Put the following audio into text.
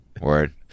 Word